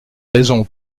raison